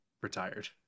retired